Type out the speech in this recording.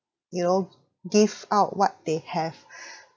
you know give out what they have